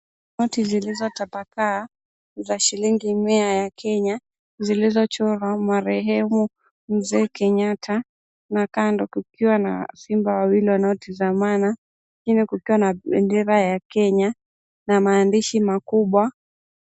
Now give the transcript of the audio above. Noti zilizotapakaa, za shilingi mia za Kenya zilizochorwa marehemu Mzee Kenyatta na kando kukiwa na simba wawili wanaotizamana chini kukiwa na bendera ya Kenya na maandishi makubwa.